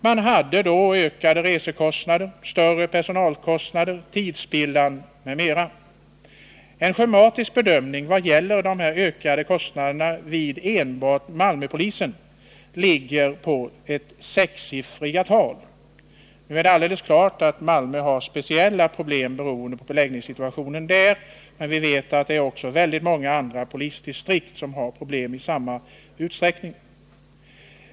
Man hade då ökade resekostnader, större personalkostnader, tidsspillan m.m. En schematisk bedömning av ökade kostnader vid enbart Malmöpolisen ligger på sexsiffriga tal. Nu är det alldeles klart att Malmöpolisen har speciella problem, beroende på beläggningssituationen, men vi vet att väldigt många andra polisdistrikt har problem i samma utsträckning.